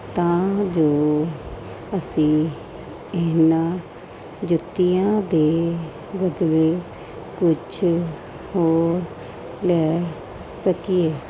ਤਾਂ ਜੋ ਅਸੀਂ ਇਹਨਾਂ ਜੁੱਤੀਆਂ ਦੇ ਬਦਲੇ ਕੁਛ ਹੋਰ ਲੈ ਸਕੀਏ